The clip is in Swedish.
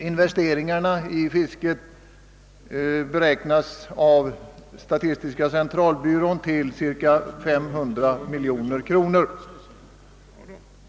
Investeringarna i fisket beräknas av statistiska centralbyrån till cirka 500 miljoner kronor.